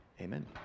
Amen